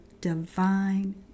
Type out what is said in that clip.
Divine